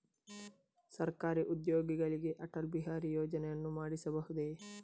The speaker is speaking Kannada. ಸರಕಾರಿ ಉದ್ಯೋಗಿಗಳಿಗೆ ಅಟಲ್ ಬಿಹಾರಿ ಯೋಜನೆಯನ್ನು ಮಾಡಿಸಬಹುದೇ?